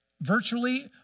virtually